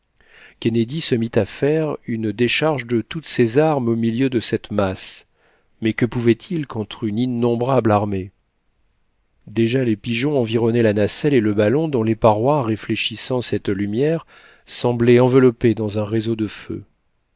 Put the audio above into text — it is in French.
kennedy se mit à faire une décharge de toutes ses armes au milieu de cette masse mais que pouvait-il contre une innombrable armée déjà les pigeons environnaient la nacelle et le ballon dont les parois réfléchissant cette lumière semblaient enveloppées dans un réseau de feu